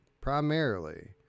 primarily